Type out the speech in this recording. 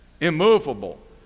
immovable